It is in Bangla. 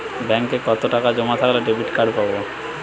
ব্যাঙ্কে কতটাকা জমা থাকলে ডেবিটকার্ড পাব?